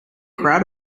crowd